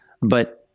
but-